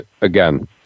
again